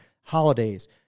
holidays